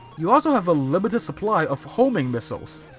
you also have a limited supply of homing missiles.